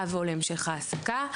העסקה,